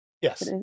Yes